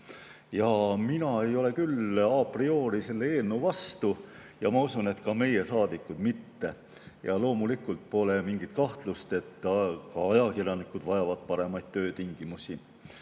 Mina ei olea prioriselle eelnõu vastu ja ma usun, et ka meie saadikud mitte. Loomulikult pole mingit kahtlust, et ka ajakirjanikud vajavad paremaid töötingimusi.